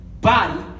body